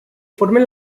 formen